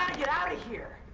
get out of here!